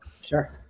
Sure